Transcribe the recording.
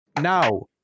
Now